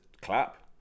clap